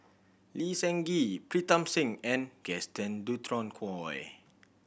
Lee Seng Gee Pritam Singh and Gaston Dutronquoy